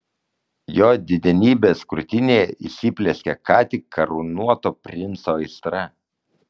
jo didenybės krūtinėje įsiplieskė ką tik karūnuoto princo aistra